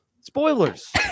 spoilers